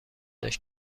داشت